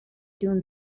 doon